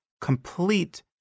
complete